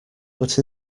but